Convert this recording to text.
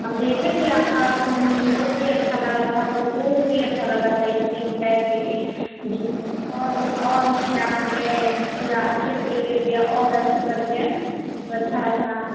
हम देखे थे आपका फिलिम बहुत ही अच्छा लगा था बहुत ही अच्छा लगा था इसलिए हम कहे थे कि जितने और और उसमें आपने थोड़ा अच्छे तरीके से और अथी करते तो अच्छा रहता